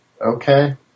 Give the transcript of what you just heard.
okay